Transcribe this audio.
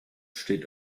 steht